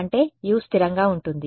అంటే U స్థిరంగా ఉంటుంది